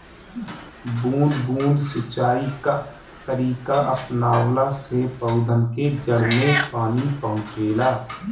बूंद बूंद सिंचाई कअ तरीका अपनवला से पौधन के जड़ में पानी पहुंचेला